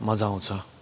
मजा आउँछ